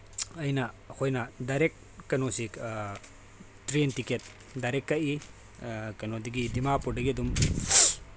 ꯑꯩꯅ ꯑꯩꯈꯣꯏꯅ ꯗꯥꯏꯔꯦꯛ ꯀꯩꯅꯣꯁꯤ ꯇ꯭ꯔꯦꯟ ꯇꯤꯛꯀꯦꯠ ꯗꯥꯏꯔꯦꯛ ꯀꯥꯛꯏ ꯀꯩꯅꯣꯗꯒꯤ ꯗꯤꯃꯥꯄꯨꯔꯗꯒꯤ ꯑꯗꯨꯝ